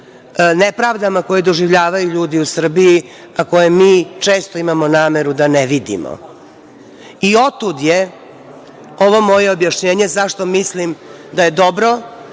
nepravdama koje doživljavaju ljudi u Srbiji, a koje mi često imamo nameru da ne vidimo. Otud je ovo moje objašnjenje zašto mislim da je dobro